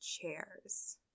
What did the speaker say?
chairs